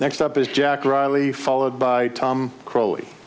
next up is jack riley followed by tom crawl